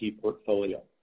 portfolio